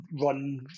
run